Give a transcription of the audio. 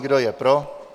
Kdo je pro?